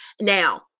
Now